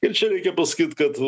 ir čia reikia pasakyt kad